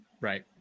Right